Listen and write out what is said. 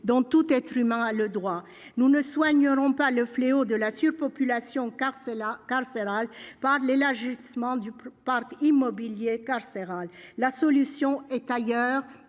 tout être humain peut prétendre. Nous ne soignerons pas le fléau de la surpopulation carcérale par l'élargissement du parc immobilier. La solution est ailleurs